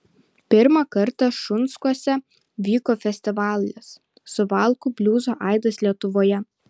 pirmą kartą šunskuose vyko festivalis suvalkų bliuzo aidas lietuvoje